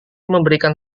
memberikan